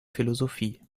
philosophie